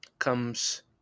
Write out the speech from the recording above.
comes